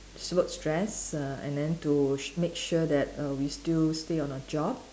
s~ work stress err and then to sh~ make sure that err we still stay on our job